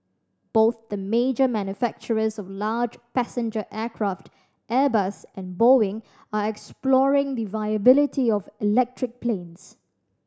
both the major manufacturers of large passenger aircraft Airbus and Boeing are exploring the viability of electric planes